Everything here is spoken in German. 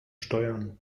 steuern